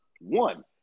one